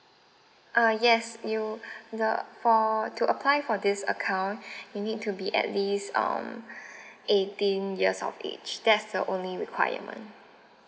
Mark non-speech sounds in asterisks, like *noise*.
uh yes you *breath* the for to apply for this account *breath* you need to be at least um *breath* eighteen years of age that's the only requirement